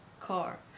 car